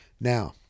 Now